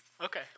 Okay